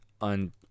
on